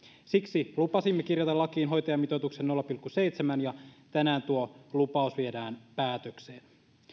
siksi lupasimme kirjata lakiin hoitajamitoituksen nolla pilkku seitsemän ja tänään tuo lupaus viedään päätökseen